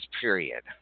period